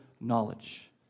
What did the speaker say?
knowledge